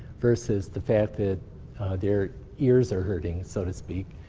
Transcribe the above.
versus the fact that their ears are hurting, so to speak.